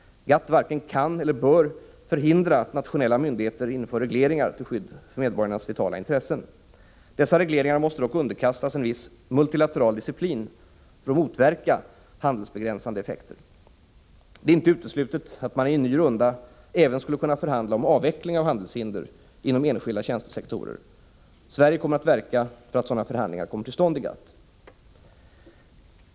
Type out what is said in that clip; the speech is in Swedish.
GATT varken kan eller bör förhindra att nationella myndigheter inför regleringar till skydd för medborgarnas vitala intressen. Dessa regleringar måste dock underkastas en viss multilateral disciplin för att motverka handelsbegränsande effekter. Det är inte uteslutet att man i en ny runda även skulle kunna förhandla om avveckling av handelshinder inom enskilda tjänstesektorer. Sverige kommer att verka för att sådana förhandlingar kommer till stånd i GATT.